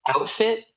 outfit